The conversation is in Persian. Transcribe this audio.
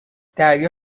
دریا